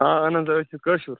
آ اَہَن حظ أسۍ چھِ کٲشُر